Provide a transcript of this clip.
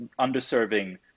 underserving